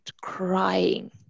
crying